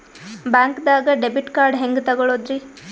ಬ್ಯಾಂಕ್ದಾಗ debit card ಹೆಂಗ್ ತಗೊಳದ್ರಿ?